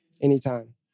anytime